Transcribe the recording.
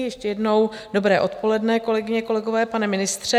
Ještě jednou dobré odpoledne, kolegyně, kolegové, pane ministře.